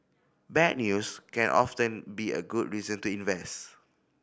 bad news can often be a good reason to invest